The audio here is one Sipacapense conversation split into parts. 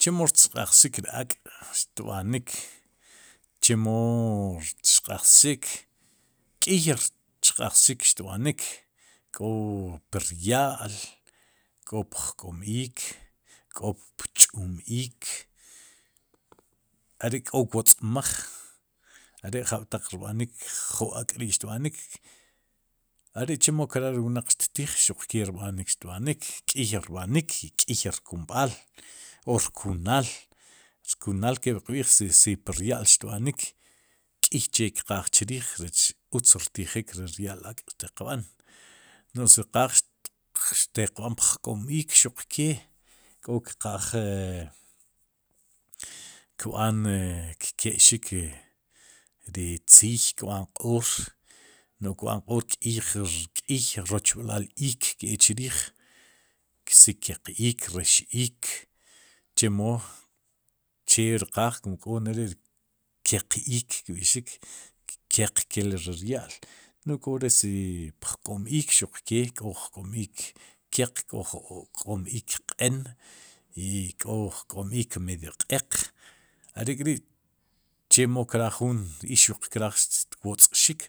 Chemo rchaq'xsik ri ak'tb'anik chemo rchq'ajxik k'iy xhaq'xik tb'anik k'o per ya'l k'o pjk'om iik, k'o pch'um iik, are k'o wotz'maaj are'jab'taq rb'anik ju ak'ri'xtb'aik are'chemo kraaj ri wnaq xtiij xuq ke xtb'anik xrb'anik k'iy rb'anik i k'iy rkumb'al o rkunaal kep qb'iij si pur ya'l xtb'anik, k'iy che ri xtqaaj chriij, rech utz rtijik ri rya'l ak'xtiqb'an no'j si qaaj xtiq b'an pjk'om iik xuq ke k'o kqaaj e kb'aan kke'xik ri tziiy kb'an q'oor noj kb'aan q'oor k'iy rechb'al iik keek chriij si keq ik, rex ik, chemo, che ri qaal k'oneri'keq iik kb'ixik keq kel ri rya'l no'j k'ore si pk'om iik xuq kee k'o jk'om iik keq k'o jk'om iik q'een i k'o jk'oom iik medio q'eeq are'k'ri chemo kraaj juun ixuq kraaj xtwotz'xiik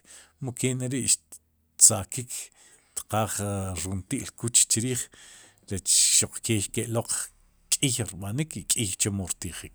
mu keneri'ttzakik tqaaj runti'l kuch chriij rech xuq ke ke'lloq k'iy rb'anik i k'iy chemo irtijik